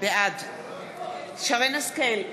בעד שרן השכל,